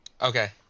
Okay